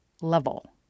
level